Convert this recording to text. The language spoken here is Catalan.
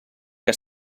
que